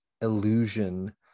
illusion